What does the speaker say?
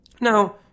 Now